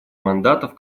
мандатов